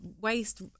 waste